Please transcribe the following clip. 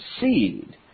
seed